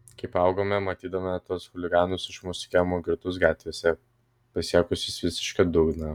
kai paaugome matydavome tuos chuliganus iš mūsų kiemo girtus gatvėse pasiekusius visišką dugną